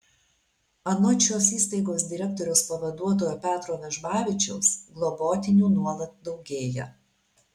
anot šios įstaigos direktoriaus pavaduotojo petro vežbavičiaus globotinių nuolat daugėja